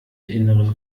inneren